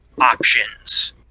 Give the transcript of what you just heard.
options